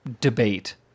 debate